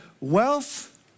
wealth